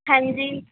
ਹਾਂਜੀ